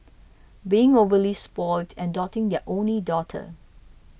being overly spoilt and doting their only daughter